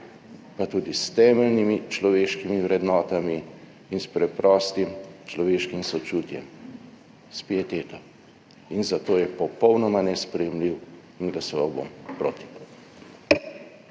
pa tudi s temeljnimi človeškimi vrednotami in s preprostim človeškim sočutjem, s pieteto. Zato je popolnoma nesprejemljiv in glasoval bom proti.